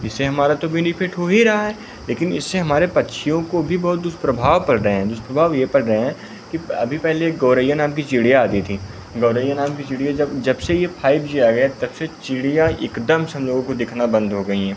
जिससे हमारा तो बेनीफ़िट हो ही रहा है लेकिन इससे हमारे पक्षियों को भी बहुत दुष्प्रभाव पड़ रहे हैं दुष्प्रभाव यह पड़ रहे हैं कि अभी पहले गौरैया नाम की चिड़िया आती थीं गौरैया नाम की चिड़िया जब जबसे यह फाइव जी आ गया तब से चिड़िया एकदम से हम लोगों को दिखना बंद हो गई हैं